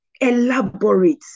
elaborate